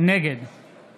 נגד